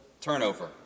turnover